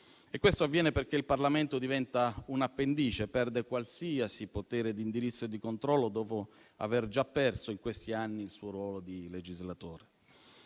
Questo avviene perché il Parlamento diventa un'appendice, perde qualsiasi potere di indirizzo e di controllo dopo aver già perso in questi anni il suo ruolo di legislatore.